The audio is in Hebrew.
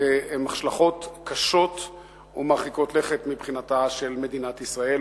שהן השלכות קשות ומרחיקות לכת מבחינת מדינת ישראל,